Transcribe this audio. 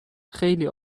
خیلی